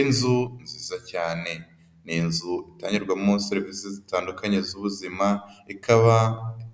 Inzu nzisa cyane, ni inzu itangirwamo serivisi zitandukanye z'ubuzima, ikaba